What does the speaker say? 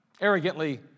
arrogantly